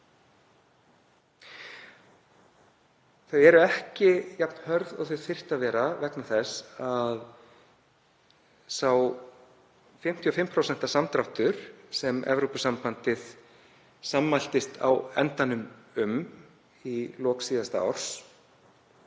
eru heldur ekki jafn hörð og þau þyrftu að vera vegna þess að sá 55% samdráttur sem Evrópusambandið sammæltist á endanum um í lok síðasta árs